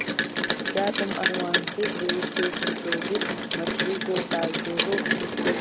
क्या तुम आनुवंशिक रूप से संशोधित मछली को पालते हो?